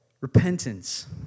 repentance